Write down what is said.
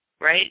Right